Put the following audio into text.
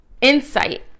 insight